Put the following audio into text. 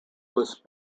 list